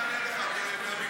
אני אענה לך במיקרופון.